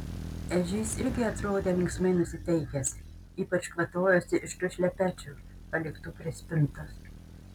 ežys irgi atrodė linksmai nusiteikęs ypač kvatojosi iš tų šlepečių paliktų prie spintos